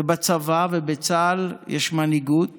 ובצבא ובצה"ל יש מנהיגות